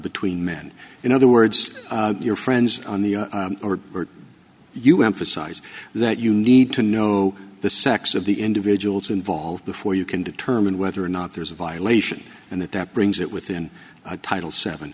between men in other words your friends on the or are you emphasise that you need to know the sex of the individuals involved before you can determine whether or not there's a violation and that that brings it within a title seven